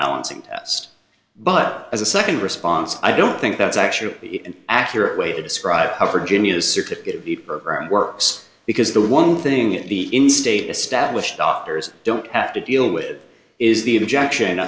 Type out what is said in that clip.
balancing test but as a second response i don't think that's actually an accurate way to describe how her genius certificate of the program works because the one thing at the in state established doctors don't have to deal with is the objection